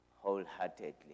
wholeheartedly